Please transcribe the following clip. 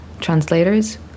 translators